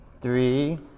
three